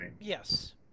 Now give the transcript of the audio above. yes